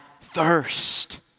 thirst